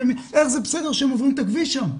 איך זה בסדר שהם עוברים את הכביש שם?